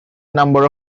number